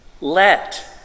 let